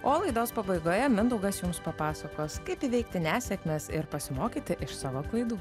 o laidos pabaigoje mindaugas jums papasakos kaip įveikti nesėkmes ir pasimokyti iš savo klaidų